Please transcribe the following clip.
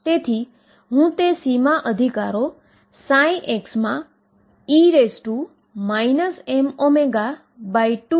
તેથી શું હું અહીં દલીલ કરી શકું છું કે ભૌતિક વેવ માટે સમાન સમીકરણ હોઈ શકે